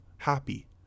Happy